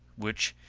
which,